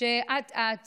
שאט-אט